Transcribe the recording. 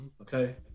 Okay